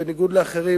בניגוד לאחרים,